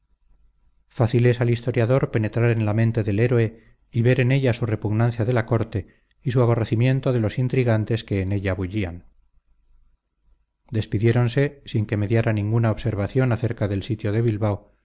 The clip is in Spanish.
es al historiador penetrar en la mente del héroe y ver en ella su repugnancia de la corte y su aborrecimiento de los intrigantes que en ella bullían despidiéronse sin que mediara ninguna observación acerca del sitio de bilbao